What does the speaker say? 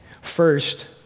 First